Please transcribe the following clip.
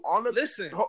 Listen